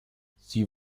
sie